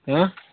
ہاں